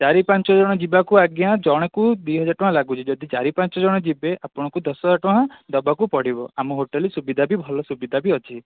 ଚାରି ପାଞ୍ଚ ଜଣ ଯିବାକୁ ଆଜ୍ଞା ଜଣଙ୍କୁ ଦୁଇ ହଜାର ଟଙ୍କା ଲାଗୁଛି ଯଦି ଚାରି ପାଞ୍ଚ ଜଣ ଯିବେ ଆପଣଙ୍କୁ ଦଶ ହଜାର ଟଙ୍କା ଦେବାକୁ ପଡ଼ିବ ଆମ ହୋଟେଲରେ ସୁବିଧା ବି ଭଲ ସୁବିଧା ବି ଅଛି